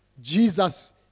Jesus